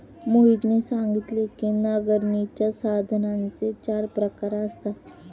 मोहितने सांगितले की नांगरणीच्या साधनांचे चार प्रकार असतात